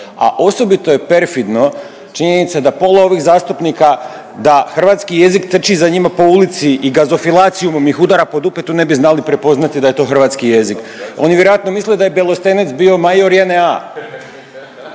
A osobito je perfidno činjenica da da hrvatski jezik trči za njima po ulici i gazofilacijom ih udara po dupetu ne bi znali prepoznati da je to hrvatski jezik. Oni vjerojatno misle da je Belostenec bio major JNA.